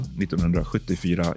1974